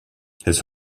his